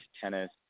tennis